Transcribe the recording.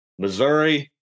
Missouri